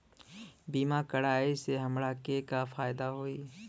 बीमा कराए से हमरा के का फायदा होई?